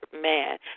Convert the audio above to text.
man